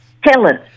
Helen